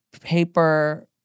paper—